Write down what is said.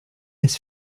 his